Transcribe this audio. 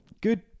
Good